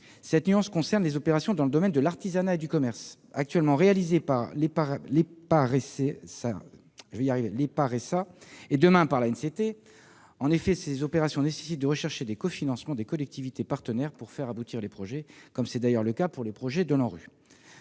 sauf pour les opérations dans le domaine de l'artisanat et du commerce, actuellement réalisées par l'Épareca. En effet, ces opérations nécessitent de rechercher des cofinancements des collectivités partenaires afin de faire aboutir les projets, comme c'est d'ailleurs le cas pour les projets de l'ANRU.